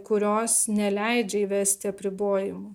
kurios neleidžia įvesti apribojimų